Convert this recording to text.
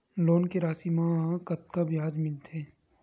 Loan के राशि मा कतका ब्याज मिलथे?